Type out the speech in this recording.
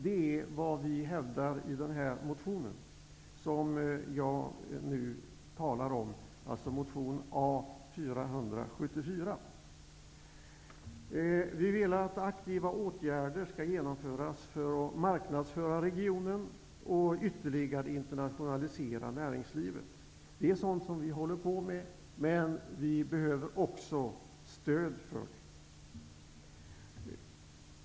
Det är vad vi hävdar i motion A474. Vi vill att aktiva åtgärder skall vidtas för att marknadsföra regionen och ytterligare internationalisera näringslivet. Det är sådant som vi håller på med. Men vi behöver också stöd för det.